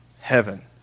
heaven